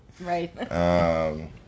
Right